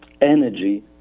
energy